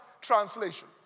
Translation